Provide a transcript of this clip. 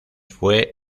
fue